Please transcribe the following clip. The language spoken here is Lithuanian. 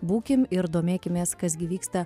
būkim ir domėkimės kas gi vyksta